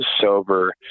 sober